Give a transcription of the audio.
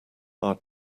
our